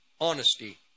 honesty